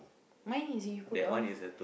my is you put that one